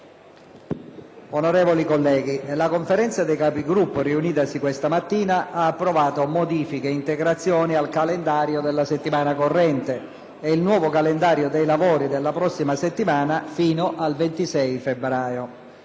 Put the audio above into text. Onorevoli colleghi, la Conferenza dei Capigruppo, riunitasi questa mattina, ha approvato modifiche e integrazioni al calendario della settimana corrente e il nuovo calendario dei lavori della prossima settimana fino al 26 febbraio.